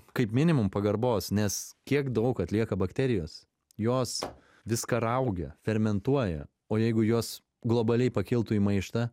kaip minimum pagarbos nes kiek daug atlieka bakterijos jos viską raugia fermentuoja o jeigu jos globaliai pakiltų į maištą